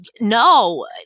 no